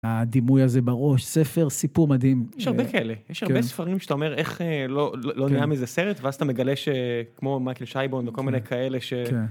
הדימוי הזה בראש, ספר סיפור מדהים. יש הרבה כאלה, יש הרבה ספרים שאתה אומר איך לא נהיה מזה סרט, ואז אתה מגלה שכמו מייקל שייבון וכל מיני כאלה ש...